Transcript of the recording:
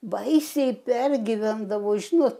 baisiai pergyvendavo žinot